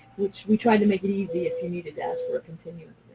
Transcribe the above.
which we tried to make it easy if you needed to ask for continuance.